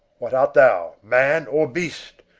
what art thou, man or beast!